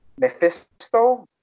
Mephisto